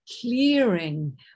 clearing